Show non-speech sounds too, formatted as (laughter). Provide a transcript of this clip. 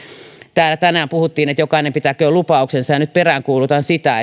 täällä tänään puhuttiin että jokainen pitäköön lupauksensa ja nyt peräänkuulutan sitä (unintelligible)